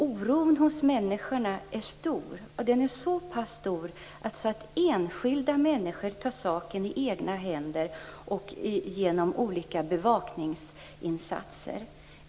Oron hos människorna är stor, så pass stor att enskilda människor tar saken i egna händer genom olika bevakningsinsatser.